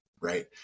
right